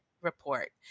report